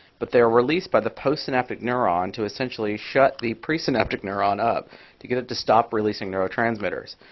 but they are released by the postsynaptic neuron to essentially shut the presynaptic neuron up to get it to stop releasing neurotransmitters.